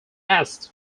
asks